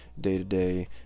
day-to-day